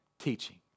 teaching